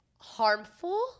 harmful